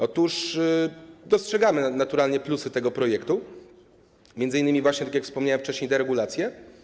Otóż dostrzegamy naturalnie plusy tego projektu, m.in. właśnie, tak jak wspomniałem wcześniej, deregulację.